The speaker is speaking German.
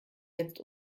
jetzt